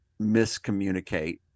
miscommunicate